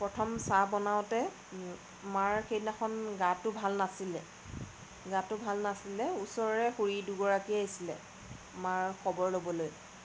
প্ৰথম চাহ বনাওঁতে মাৰ সেইদিনাখন গাটো ভাল নাছিলে গাটো ভাল নাছিলে ওচৰৰে খুৰী দুগৰাকী আহিছিলে মাৰ খবৰ ল'বলৈ